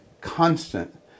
constant